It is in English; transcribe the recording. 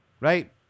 Right